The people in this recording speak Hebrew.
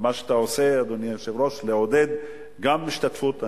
מה שאתה עושה, אדוני היושב-ראש, לעודד גם השתתפות.